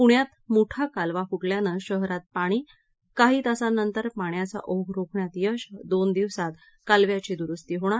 पुण्यात मुठा कालवा फुटल्यानं शहरात पाणी काही तासानंतर पाण्याचा ओघ रोखण्यात यश दोन दिवसात कालव्याची द्रुस्ती होणार